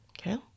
okay